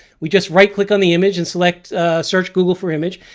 we just right click on the image and select search google for image.